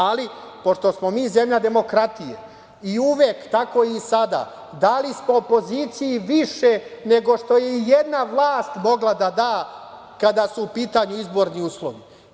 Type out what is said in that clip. Ali, pošto smo mi zemlja demokratije, i uvek, tako i sada, dali smo opoziciji više nego što je ijedna vlast mogla da da kada su u pitanju izborni uslovi.